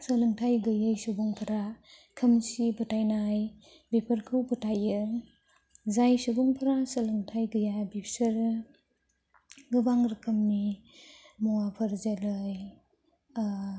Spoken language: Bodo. सोलोंथाइ गोयै सुबुंफोरा खोमसि फोथायनाय बेफोरखौ फोथायो जाय सुबुंफोरा सोलोंथाइ गैया बिसोरो गोबां रोखोमनि मुवाफोर जेरै